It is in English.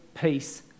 peace